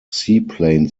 seaplane